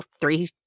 three